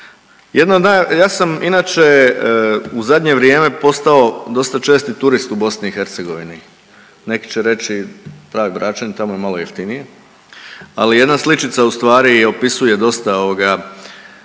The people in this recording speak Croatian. ja sam inače u zadnje vrijeme postao dosta česti turist u BiH, neki će reći pravi Bračanin, tamo je malo jeftinije, ali jedna sličica ustvari opisuje dosta ovoga,